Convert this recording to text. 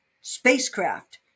spacecraft